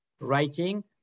writing